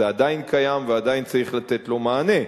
זה עדיין קיים ועדיין צריך לתת לו מענה,